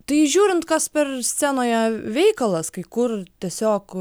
tai žiūrint kas per scenoje veikalas kai kur tiesiog